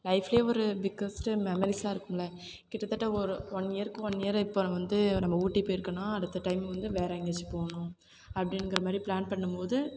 லைஃப்லேயே ஒரு பிக்கஸ்ட்டு மெமரிஸாக இருக்குமில்ல கிட்டத்தட்ட ஒரு ஒன் இயருக்கு ஒன் இயர் இப்போ வந்து நம்ம ஊட்டி போயிருக்கோன்னால் அடுத்த டைம் வந்து வேறே எங்கேயாச்சும் போகணும் அப்படினுங்குறமாரி பிளான் பண்ணும்போது